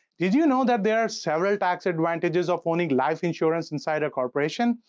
did you know that there are several tax advantages of owning life insurance inside a corporation?